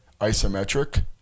isometric